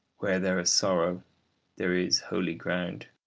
where there is sorrow there is holy ground.